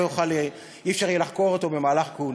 לא יהיה אפשר לחקור אותו במהלך כהונתו.